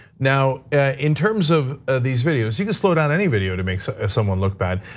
now in terms of these videos, you can slow down any videos to make so someone look bad.